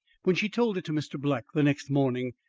when she told it to mr. black the next morning,